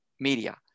media